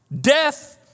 Death